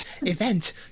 event